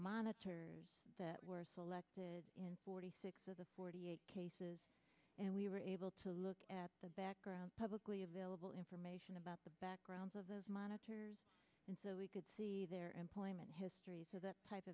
monitor that were selected in forty six of the forty eight cases and we were able to look at the background publicly available information about the backgrounds of those monitors and so we could see their employment histories of that type